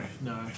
no